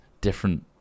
different